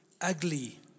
ugly